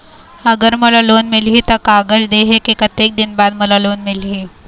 अगर मोला लोन मिलही त कागज देहे के कतेक दिन बाद मोला लोन मिलही?